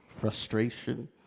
frustration